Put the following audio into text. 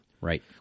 Right